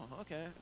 okay